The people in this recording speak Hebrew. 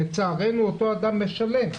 לצערנו האדם שהזמין אותם משלם.